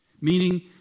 meaning